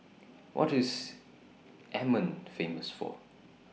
What IS Amman Famous For